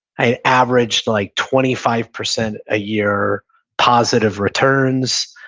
i averaged like twenty five percent a year positive returns.